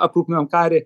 aprūpinam karį